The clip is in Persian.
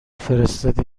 فرستادی